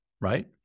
right